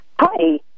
Hi